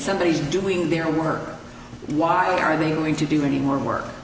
somebody is doing their work why are they willing to do any more work